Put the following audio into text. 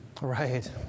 Right